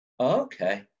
okay